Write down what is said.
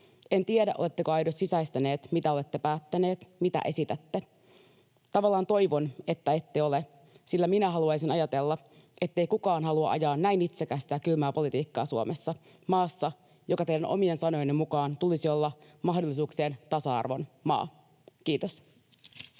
En tiedä, oletteko aidosti sisäistäneet, mitä olette päättäneet, mitä esitätte. Tavallaan toivon, että ette ole, sillä minä haluaisin ajatella, ettei kukaan halua ajaa näin itsekästä ja kylmää politiikkaa Suomessa, maassa, jonka teidän omien sanojenne mukaan tulisi olla mahdollisuuksien tasa-arvon maa. — Kiitos.